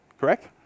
correct